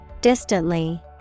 Distantly